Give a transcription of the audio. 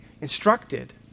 instructed